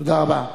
תודה רבה.